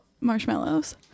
marshmallows